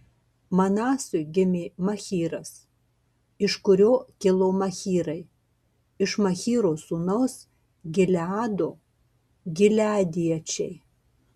manasui gimė machyras iš kurio kilo machyrai iš machyro sūnaus gileado gileadiečiai